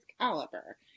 caliber